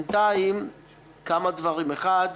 בינתיים כמה דברים: אחד,